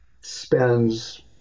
spends